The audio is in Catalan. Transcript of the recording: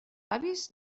avis